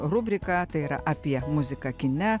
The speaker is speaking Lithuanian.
rubrika tai yra apie muziką kine